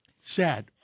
Sad